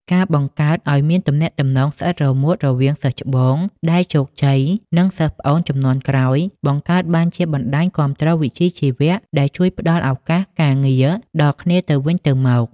ការបង្កើតឱ្យមានទំនាក់ទំនងស្អិតរមួតរវាងសិស្សច្បងដែលជោគជ័យ និងសិស្សប្អូនជំនាន់ក្រោយ បង្កើតបានជាបណ្ដាញគាំទ្រវិជ្ជាជីវៈដែលជួយផ្ដល់ឱកាសការងារដល់គ្នាទៅវិញទៅមក។